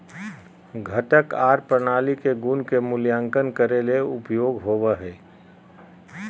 घटक आर प्रणाली के गुण के मूल्यांकन करे ले उपयोग होवई हई